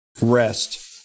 Rest